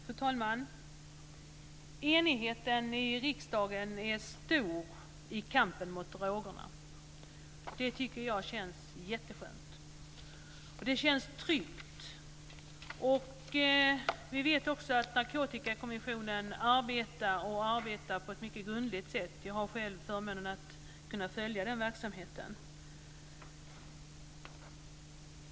Fru talman! Enigheten i riksdagen är stor i kampen mot drogerna. Det tycker jag känns jätteskönt och tryggt. Vi vet att Narkotikakommissionen arbetar, och gör det på ett mycket grundligt sätt. Jag har själv förmånen att kunna följa den verksamheten.